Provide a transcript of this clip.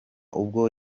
ubwo